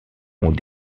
ont